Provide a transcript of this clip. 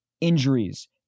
injuries